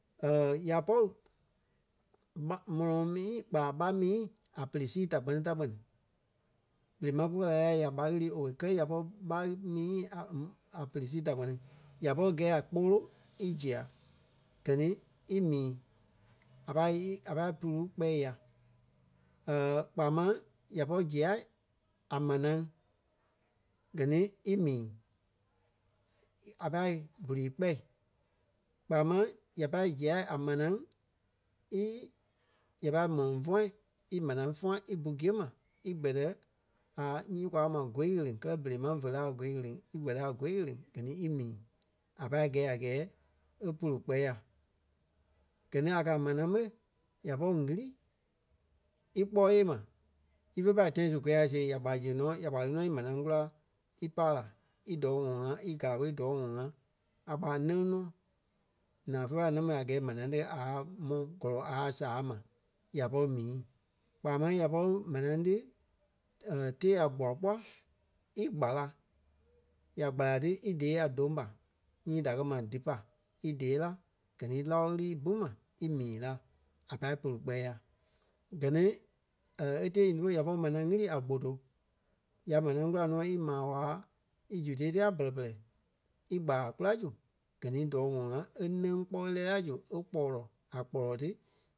ya pɔri ɓá- mɔlɔŋ mii kpa m̀á mii a pere sii da kpɛni ta kpɛni. Berei máŋ kú kɛ̀ lá ya ɓá ɣili owei kɛlɛ ya pɔri ɓá mii a a pere sii da kpɛni. Ya pɔri gɛi a kpolo í zia. Gɛ ni í mii a pâi í a pâi pulu kpɛ̂ ya. kpaa máŋ ya pɔri zia a manaa gɛ ni í mii. A pâi bului kpɛ̂. Kpaa máŋ ya pâi zia a manaa í ya pâi m̀ɔlɔŋ fûa í manaa fûa í bu gîe ma íkpɛtɛ a nyii kwa kɛ̀ ma gôi ɣeleŋ kɛlɛ berei máŋ vé la a gôi ɣeleŋ íkpɛtɛ a gôi ɣeleŋ gɛ ní í mii. A pâi gɛi a gɛɛ e pulu kpɛ̂ ya. Gɛ ni a kaa a manaa ɓɛ ya pɔri ɣili íkpɔɔi yée ma. Ífe pai tãi su kôya siɣe ya kpa ziɣe nɔ ya pai lí nɔ í manaa kula í pai la í dɔɔ ŋɔŋ í gala ɓo í dɔɔ ŋɔŋ. A kpa nɛŋ nɔ naa fe pai namui a gɛɛ manaa tí aa mɔ́ kɔlɔ a sàa ma ya pɔri mii. Kpaa máŋ ya pɔri manaa ti tée a gbua gbua í gbala. Ya gbala tí í dée a dôŋ ɓa nyii da kɛ̀ ma dípa. Í dée la gɛ ni í láo ɣili í bú ma í mii la a pâi púlu kpɛ̂ ya. Gɛ ni e tée nyíti polu ya pɔri manaa ɣili a gboto. Ya manaa kula nɔ ímaa waa í zu tée-tee a pɛlɛ-pɛlɛɛ í gbaa kula zu gɛ ni í dɔɔ ŋɔŋ ŋa e nɛŋ kpɔ́ e lɛɛ la zu a kpɔlɔ. A kpɔlɔ ti